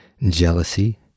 jealousy